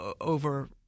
over